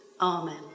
Amen